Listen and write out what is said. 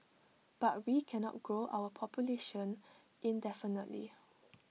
but we cannot grow our population indefinitely